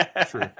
True